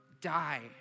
die